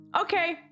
Okay